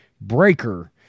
Breaker